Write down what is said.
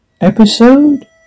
Episode